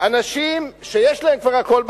אנשים שיש להם כבר הכול בחיים,